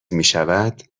میشود